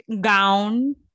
gown